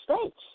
States